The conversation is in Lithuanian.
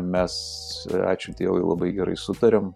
mes ačiū dievui labai gerai sutariam